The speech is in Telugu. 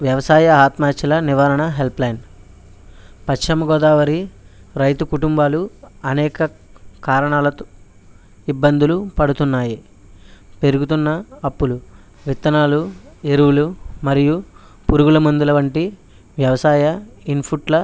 వ్యవసాయ ఆత్మహత్యల నివారణ హెల్ప్లైన్ పశ్చిమగోదావరి రైతు కుటుంబాలు అనేక కారణాలతో ఇబ్బందులు పడుతున్నాయి పెరుగుతున్న అప్పులు విత్తనాలు ఎరువులు మరియు పురుగుల మందుల వంటి వ్యవసాయ ఇన్పుట్ల